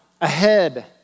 ahead